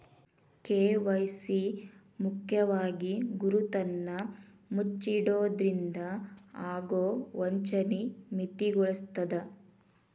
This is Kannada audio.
ಕೆ.ವಾಯ್.ಸಿ ಮುಖ್ಯವಾಗಿ ಗುರುತನ್ನ ಮುಚ್ಚಿಡೊದ್ರಿಂದ ಆಗೊ ವಂಚನಿ ಮಿತಿಗೊಳಿಸ್ತದ